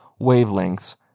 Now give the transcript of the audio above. wavelengths